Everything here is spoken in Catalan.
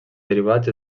derivats